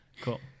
Cool